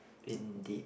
in the